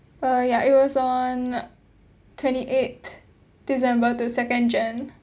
uh ya it was on twenty-eight december to second jan~